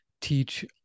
teach